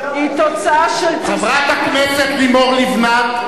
תוצאה של תסכול, חברת הכנסת לימור לבנת.